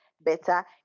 better